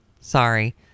Sorry